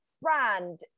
brand